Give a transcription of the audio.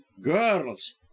girls